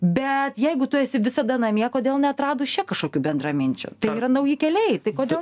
bet jeigu tu esi visada namie kodėl neatradus čia kažkokių bendraminčių tai yra nauji keliai tai kodėl